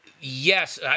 Yes